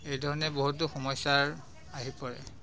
এইধৰণে বহুতো সমস্যাৰ আহি পৰে